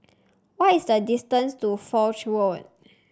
what is the distance to Foch Road